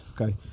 Okay